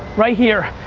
right here,